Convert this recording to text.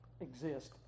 exist